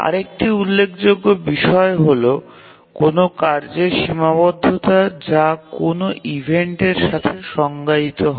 আরেকটি উল্লেখযোগ্য বিষয় হল কোনও কার্যের সময়সীমাবদ্ধতা যা কোনও ইভেন্টের সাথে সংজ্ঞায়িত হয়